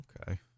Okay